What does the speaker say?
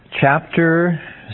chapter